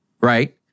right